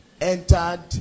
entered